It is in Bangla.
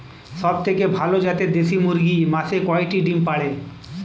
সবথেকে ভালো জাতের দেশি মুরগি মাসে কয়টি ডিম পাড়ে?